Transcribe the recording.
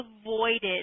avoided